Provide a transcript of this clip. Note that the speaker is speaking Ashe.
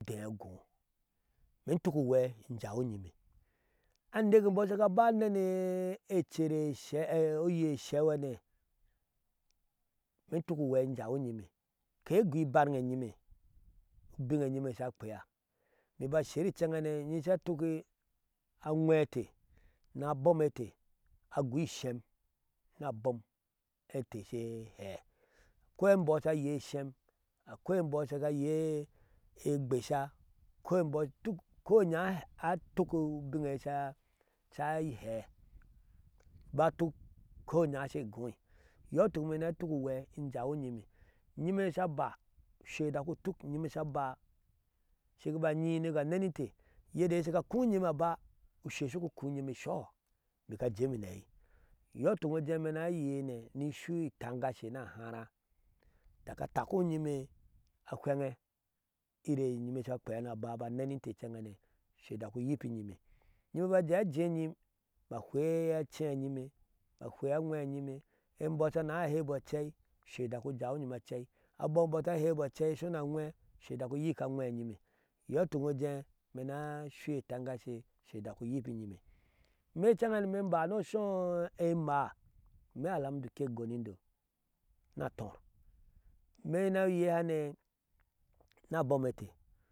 Inte agoo imee in tuke ungwɛɛ in jawiyime ameke eimbɔɔ shiga aba anɛnɛ ear eshee, oye esheka hane, imee in tuk unwɛɛ in jawinyi me, inte egoo ibanŋe enyime ubiu enyi sha kpea, mi ba sher incɛŋ hanei nisha atukihe aŋwɛɛ e inteni abom einte, agoo ishem ni abom ete she hɛɛ akoi embɔɔ sha ayei ishem, akoi embɔɔ duk koi inya a tuk ubin eiyee sha a hɛɛ ba atuk ko inyashe egooi. iyɔɔ ituk imee ni atuk uŋgwee in jawiyime inyime bsha ba ushe dakutuk inyime sha ba shi ga nyi ni ma anɛnɛ inte, iyede iyee shiga kui inyime aba, ushe shu gu ukɔi inyime ishoho mi ga jenyim ni aɛi iyɔɔ ituk imee ni ayeine ni inshui itengashe ni ahara dak ataki winyi me ahwengye iri enyime sha kpea ni aba ni inte incedhane, ushee udak unyikinyime bik ajee ajengi m ma ahwea ace yimema ahwea anwɛɛ enyime, embɔɔ sha naha ahebɔ acei, ushe udak ujawinyim acei, abom e n imbɔɔ ta hebɔɔ acei ni asho ni anwee, usha dak unyike aŋwee enyime iyɔɔ ituk imee in juee imere ni ashui eiotenhashe, ushe udak unyikinyime imee inceŋhane, imee in ba ni oshɔɔ emaa, imee alhamdu k. Gonido ni atɔɔr ime ni oyehane ni abom e inte.